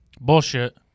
Bullshit